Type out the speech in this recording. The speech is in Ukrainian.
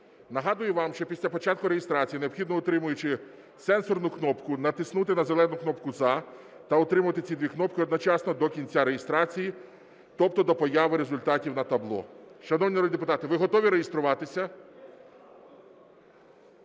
Нагадую вам, що після початку реєстрації необхідно, утримуючи сенсорну кнопку, натиснути на зелену кнопку "За" та утримувати ці дві кнопки одночасно до кінця реєстрації, тобто до появи результатів на табло. Шановні народні депутати, ви готові реєструватися?